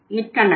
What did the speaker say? மிக்க நன்றி